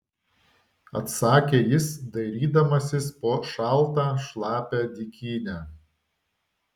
atsakė jis dairydamasis po šaltą šlapią dykynę